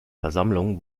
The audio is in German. versammlungen